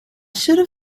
should